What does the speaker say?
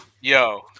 yo